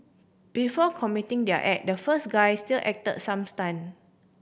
before committing their act the first guy still acted some stunt